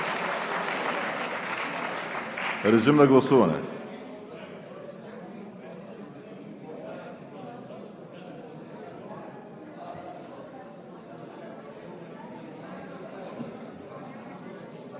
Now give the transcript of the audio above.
Режим на гласуване.